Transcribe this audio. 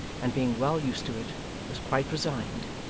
and being well used to it was quite resigned,